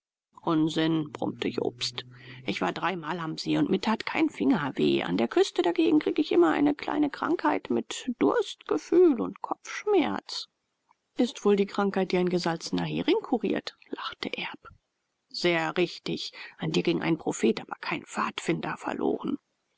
unsinn brummte jobst ich war dreimal am see und mir tat kein finger weh an der küste dagegen kriege ich immer eine kleine krankheit mit durstgefühl und kopfschmerz ist wohl die krankheit die ein gesalzener hering kuriert lachte erb sehr richtig an dir ging ein prophet aber kein pfadfinder verloren